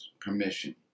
permission